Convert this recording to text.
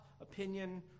opinion